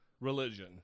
religion